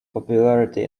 popularity